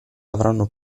avranno